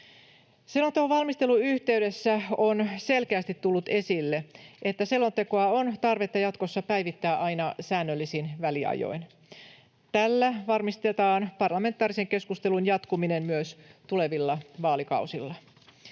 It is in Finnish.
Selonteon valmistelun yhteydessä on selkeästi tullut esille, että selontekoa on tarvetta jatkossa päivittää aina säännöllisin väliajoin. Tällä varmistetaan parlamentaarisen keskustelun jatkuminen myös tulevilla vaalikausilla.